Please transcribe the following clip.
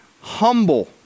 humble